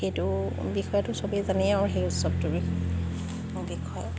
সেইটো বিষয়টো চবেই জানে আৰু সেই উৎসৱটোৰ বিষয়ে